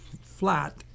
flat